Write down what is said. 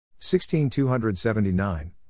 16279